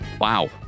Wow